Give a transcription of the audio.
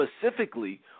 specifically